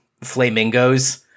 flamingos